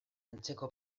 antzeko